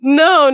no